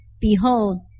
Behold